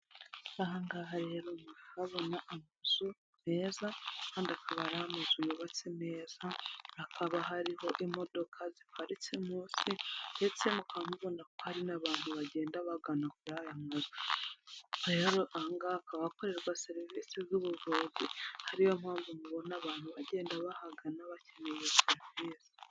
Aha ngaha rero murabona amazu meza kandi akaba ari amazu yubatse neza, hakaba hariho imodoka ziparitse munsi ndetse mukaba mubona ko hari n'abantu bagenda bagana kuri aya mazu, rero aha ngaha hakaba hakorerwa serivisi z'ubuvuzi, ariyo mpamvu mubona abantu bagenda bahagana bakeneye serivisi.